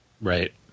Right